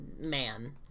man